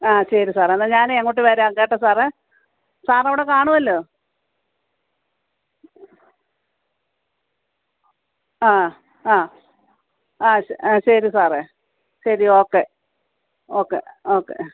ആ ശരി സാറേ എന്നാൽ ഞാനേയ് അങ്ങോട്ട് വരാം കേട്ടോ സാറേ സാർ അവിടെ കാണുമല്ലോ ആ ആ ആ ആ ശരി സാറെ ശരി ഓക്കെ ഓക്കെ ഓക്കെ